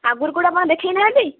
ଆଗୁରୁ କୋଉଠି ଆପଣ ଦେଖେଇନାହାନ୍ତି